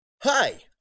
Hi